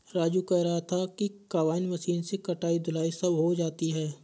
राजू कह रहा था कि कंबाइन मशीन से कटाई धुलाई सब हो जाती है